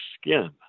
skin